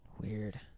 Weird